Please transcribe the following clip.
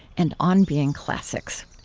and on being classics.